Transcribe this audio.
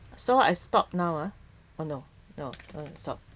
so I stop now ah uh no no stop